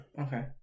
Okay